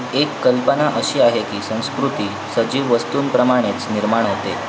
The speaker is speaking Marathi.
एक कल्पना अशी आहे की संस्कृती सजीव वस्तूंप्रमाणेच निर्माण होते